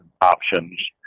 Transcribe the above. options